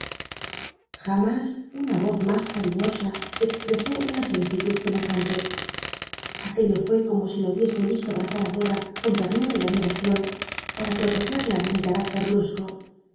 jamás una voz mas cariñosa expresó nna solicilnd semejante aquello fué como si la hubiese vislo abl'azar ír dora con ternul'a y atlmiracion pam protegel'la de mi ca